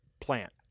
plant